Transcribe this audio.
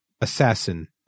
assassin